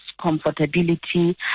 comfortability